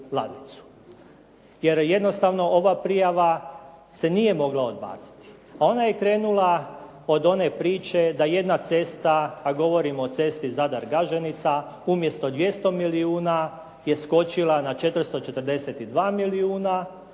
Jer jednostavno ova prijava se nije mogla odbaciti a ona je krenula od one priče da jedna cesta, a govorimo o cesti Zadar-Gaženica umjesto 200 milijuna je skočila na 442 milijuna